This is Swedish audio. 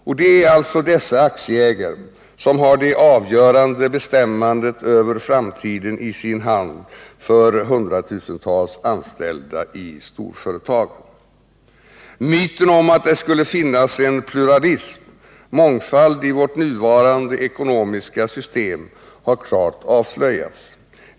Och det är alltså dessa aktieägare som har det avgörande bestämmandet över framtiden i sin hand för hundratusentals anställda i storföretagen! 3. Myten om att det skulle finnas en ”pluralism” — mångfald — i vårt nuvarande ekonomiska system, har klart avslöjats.